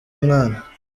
mwana